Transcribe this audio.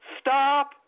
stop